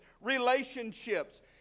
relationships